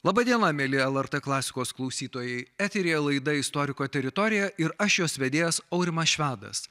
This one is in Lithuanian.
laba diena mieli lrt klasikos klausytojai eteryje laida istoriko teritorija ir aš jos vedėjas aurimas švedas